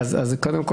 קודם כול,